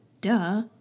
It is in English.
duh